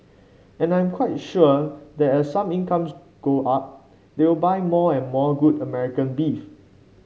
and I am quite sure that as some incomes go up they will buy more and more good American beef